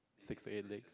six fake legs